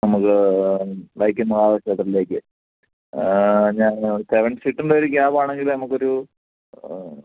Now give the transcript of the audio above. നമ്മൾക്ക് വൈക്കം മഹാദേവ ക്ഷേത്രത്തിലേക്ക് ഞാൻ സെവൻ സീറ്ററിൻ്റെ ഒരു ക്യാബ് ആണെങ്കിൽ നമുക്കൊരു